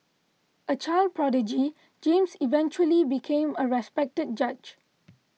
a child prodigy James eventually became a respected judge